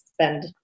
spend